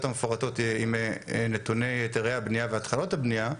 המפורטות עם נתוני היתרי הבנייה והתחלות הבנייה,